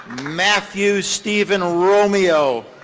matthew steven romeo.